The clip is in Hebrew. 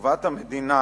תשובת המדינה